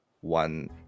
one